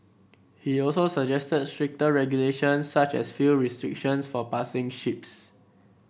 he also suggested stricter regulations such as fuel restrictions for passing ships